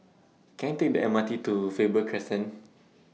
Can I Take The M R T to Faber Crescent